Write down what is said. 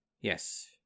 Yes